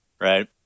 right